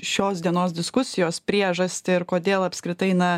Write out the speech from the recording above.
šios dienos diskusijos priežastį ir kodėl apskritai na